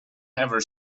ever